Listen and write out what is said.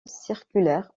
circulaire